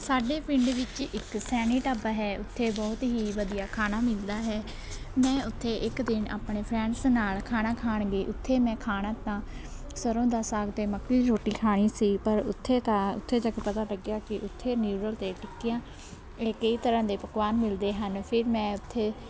ਸਾਡੇ ਪਿੰਡ ਵਿੱਚ ਇੱਕ ਸੈਣੀ ਢਾਬਾ ਹੈ ਉੱਥੇ ਬਹੁਤ ਹੀ ਵਧੀਆ ਖਾਣਾ ਮਿਲਦਾ ਹੈ ਮੈਂ ਉੱਥੇ ਇੱਕ ਦਿਨ ਆਪਣੇ ਫਰੈਂਡਸ ਨਾਲ਼ ਖਾਣਾ ਖਾਣ ਗਈ ਉੱਥੇ ਮੈਂ ਖਾਣਾ ਤਾਂ ਸਰ੍ਹੋਂ ਦਾ ਸਾਗ ਅਤੇ ਮੱਕੀ ਦੀ ਰੋਟੀ ਖਾਣੀ ਸੀ ਪਰ ਉੱਥੇ ਤਾਂ ਉੱਥੇ ਜਾ ਕੇ ਪਤਾ ਲੱਗਿਆ ਕਿ ਉੱਥੇ ਨਿਊਡਲ ਅਤੇ ਟਿੱਕੀਆਂ ਅਤੇ ਕਈ ਤਰ੍ਹਾਂ ਦੇ ਪਕਵਾਨ ਮਿਲਦੇ ਹਨ ਫਿਰ ਮੈਂ ਉੱਥੇ